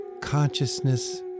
Consciousness